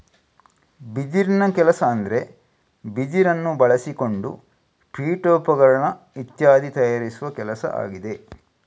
ಬಿದಿರಿನ ಕೆಲಸ ಅಂದ್ರೆ ಬಿದಿರನ್ನ ಬಳಸಿಕೊಂಡು ಪೀಠೋಪಕರಣ ಇತ್ಯಾದಿ ತಯಾರಿಸುವ ಕೆಲಸ ಆಗಿದೆ